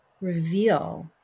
Reveal